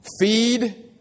feed